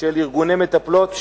של ארגוני מטפלות,